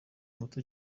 muto